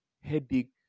headache